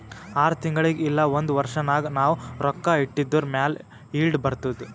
R ತಿಂಗುಳಿಗ್ ಇಲ್ಲ ಒಂದ್ ವರ್ಷ ನಾಗ್ ನಾವ್ ರೊಕ್ಕಾ ಇಟ್ಟಿದುರ್ ಮ್ಯಾಲ ಈಲ್ಡ್ ಬರ್ತುದ್